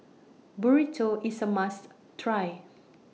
Burrito IS A must Try